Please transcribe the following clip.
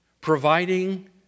providing